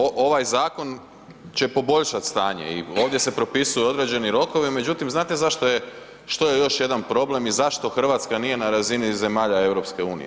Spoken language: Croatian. Kolega Maras, ovaj zakon će poboljšati stanje i ovdje se propisuju određeni rokovi, međutim znate što je još jedan problem i zašto Hrvatska nije na razini zemalja EU?